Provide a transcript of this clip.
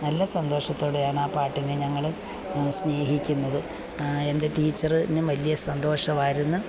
നല്ല സന്തോഷത്തോടെയാണ് ആ പാട്ടിനെ ഞങ്ങൾ സ്നേഹിക്കുന്നത് എൻ്റെ ടീച്ചറിനും വലിയ സന്തോഷമായിരുന്നു